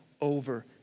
over